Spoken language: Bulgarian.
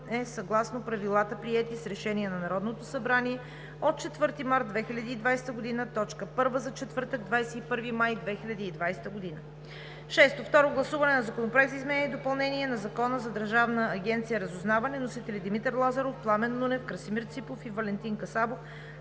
е съгласно правилата, приети с Решение на Народното събрание от 4 март 2020 г. – точка първа за четвъртък, 21 май 2020 г.; 6. Второ гласуване на Законопроекта за изменение и допълнение на Закона за Държавна агенция „Разузнаване“. Вносители: Димитър Лазаров, Пламен Нунев, Красимир Ципов и Валентин Касабов